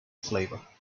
flavour